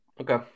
Okay